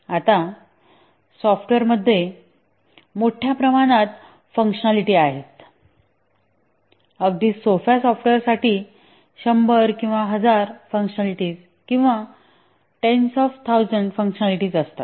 आता सॉफ्टवेअर मध्ये मोठ्या प्रमाणात फंक्शनालिटीज आहेत अगदी सोप्या सॉफ्टवेअर साठी 100s किंवा1000s फंक्शनालिटीज किंवा 10s of 1000s फंक्शनालिटीज असतात